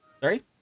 Sorry